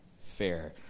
fair